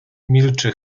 milczy